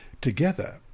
together